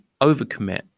overcommit